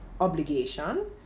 obligation